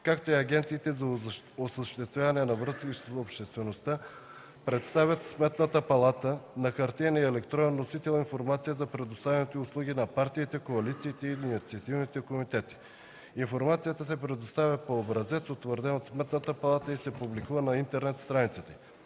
както и агенциите за осъществяване на връзки с обществеността представят в Сметната палата на хартиен и електронен носител информация за предоставените услуги на партиите, коалициите и инициативните комитети. Информацията се предоставя по образец, утвърден от Сметната палата, и се публикува на интернет страницата